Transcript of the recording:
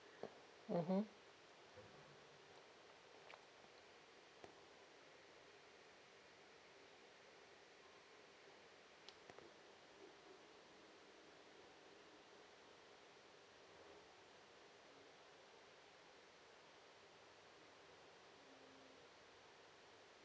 mmhmm